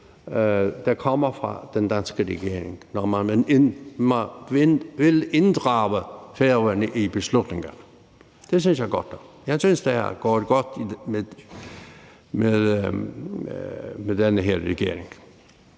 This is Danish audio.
er virkeligt, når man siger, at man vil inddrage Færøerne i beslutningerne. Det synes jeg er godt nok. Jeg synes, det er gået godt med den her regering.